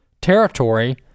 territory